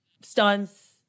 stunts